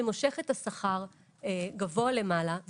שמושך את השכר גבוה למעלה,